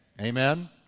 Amen